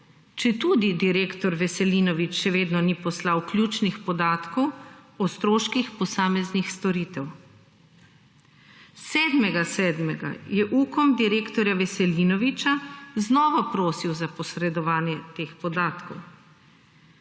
četudi direktor Veselinovič še vedno ni poslal ključnih podatkov o stroških posameznih storitev. 7. 7. je Ukom direktorja Veselinoviča znova prosil za posredovanje teh podatkov.